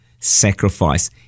sacrifice